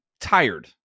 tired